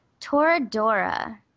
Toradora